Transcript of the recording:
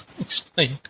explain